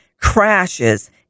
crashes